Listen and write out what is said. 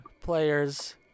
players